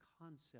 concept